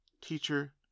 Teacher